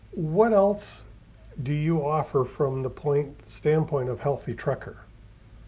what else do you offer from the point standpoint of healthy trucker?